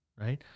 right